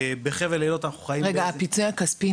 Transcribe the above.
רגע, למה נועד הפיצוי הכספי?